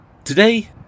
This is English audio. Today